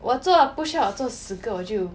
我做 push up 做十个我就